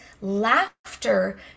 laughter